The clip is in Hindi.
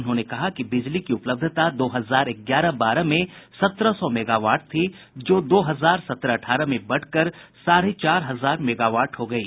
उन्होंने कहा किबिजली की उपलब्धता दो हजार ग्यारह बारह में सत्रह सौ मेगावाट थी जो दो हजार सत्रह अठारह में बढ़कर साढ़े चार हजार मेगावाट हो गयी